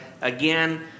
again